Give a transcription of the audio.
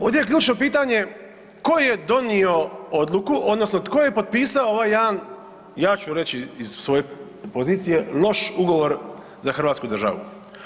Ovdje je ključno pitanje tko je donio odluku odnosno tko je potpisao ovaj jedan, ja ću reći iz svoje pozicije, loš ugovor za Hrvatsku državu?